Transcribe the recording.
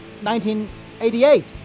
1988